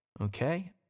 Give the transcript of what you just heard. Okay